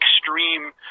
extreme